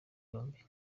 yombi